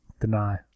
Deny